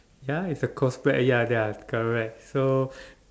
ya is a cosplay ya there are correct so